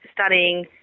studying